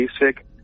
basic